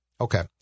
Okay